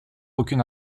aucune